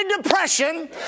depression